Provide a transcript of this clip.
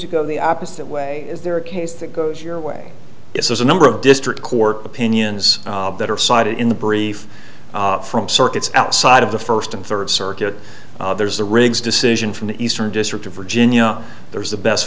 to go the opposite way is there a case that goes your way if there's a number of district court opinions that are cited in the brief from circuits outside of the first and third circuit there's the rig's decision from the eastern district of virginia there's the best